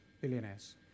billionaires